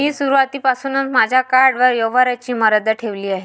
मी सुरुवातीपासूनच माझ्या कार्डवर व्यवहाराची मर्यादा ठेवली आहे